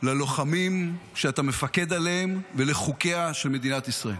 ללוחמים שאתה מפקד עליהם ולחוקיה של מדינת ישראל.